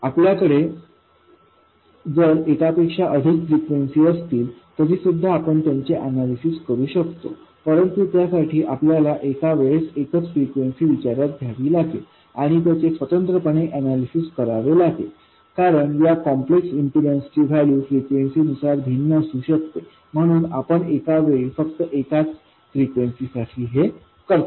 आपल्याकडे जर एकापेक्षा अधिक फ्रिक्वेन्सी असतील तरीसुद्धा आपण त्यांचे अनैलिसिस करू शकतो परंतु त्यासाठी आपल्याला एका वेळेस एकच फ्रिक्वेन्सी विचारात घ्यावी लागेल आणि त्यांचे स्वतंत्रपणे अनैलिसिस करावे लागेल कारण या कॉम्प्लेक्स इम्पीडन्स ची व्हॅल्यू फ्रिक्वेन्सी नुसार भिन्न असू शकते म्हणून आपण एका वेळी हे फक्त एकाच फ्रिक्वेन्सी साठी करतो